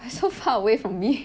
but it's so far away from me